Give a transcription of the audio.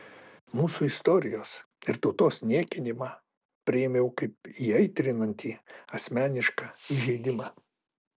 mūsų istorijos ir tautos niekinimą priėmiau kaip įaitrinantį asmenišką įžeidimą